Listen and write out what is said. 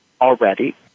already